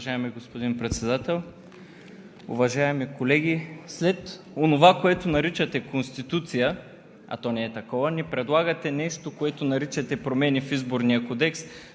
Уважаеми господин Председател! Уважаеми колеги, след онова, което наричате Конституция, а то не е такова, ни предлагате нещо, което наричате промени в Изборния кодекс,